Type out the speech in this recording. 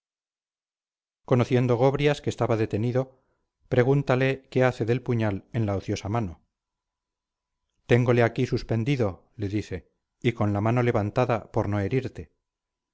conociendo gobrias que estaba detenido pregúntale qué hace del puñal en la ociosa mano téngole aquí suspendido le dice y con la mano levantada por no herirte